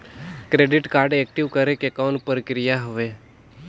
Credit card active करे के कौन प्रक्रिया हवे?